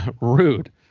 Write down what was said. Rude